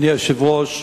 אדוני היושב-ראש,